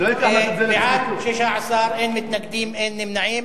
בעד, 16, אין מתנגדים, אין נמנעים.